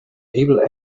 able